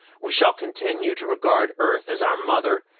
we shall continue to regard earth as our mother,